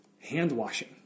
hand-washing